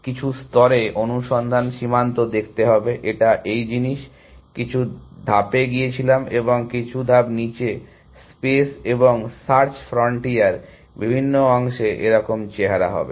কিছু স্তরে অনুসন্ধান সীমান্ত দেখতে হবে এটা এই জিনিস কিছু ধাপে গিয়েছিলাম এবং কিছু ধাপ নিচে স্পেস এবং সার্চ ফ্রন্টিয়ার বিভিন্ন অংশে এরকম চেহারা হবে